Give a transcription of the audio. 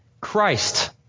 Christ